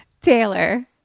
Taylor